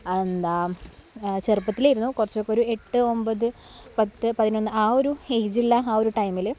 എന്താ ചെറുപ്പത്തിലായിരുന്നു കുറച്ചൊക്കെ ഒരു എട്ട് ഒന്പത് പത്ത് പതിനൊന്ന് ആ ഒരു ഏജുള്ള ആ ഒരു ടൈമിൽ